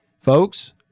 Folks